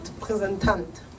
representant